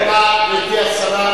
גברתי השרה.